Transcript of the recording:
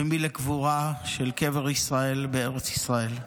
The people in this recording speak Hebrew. ומי לקבורה של קבר ישראל בארץ ישראל.